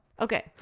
Okay